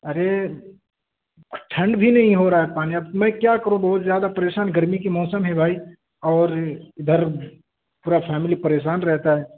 ارے ٹھنڈ بھی نہیں ہو رہا ہے پانی اب میں کیا کروں بہت زیادہ پریشان گرمی کی موسم ہے بھائی اور ادھر پورا فیملی پریشان رہتا ہے